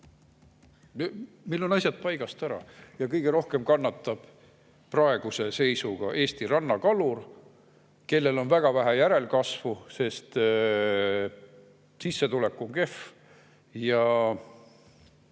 meil on asjad paigast ära. Ja kõige rohkem kannatab praeguses seisus Eesti rannakalur, kellel on väga vähe järelkasvu, sest sissetulek on kehv.